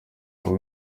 ngo